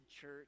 church